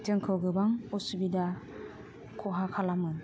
जोंखौ गोबां असुबिदा खहा खालामो